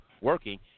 working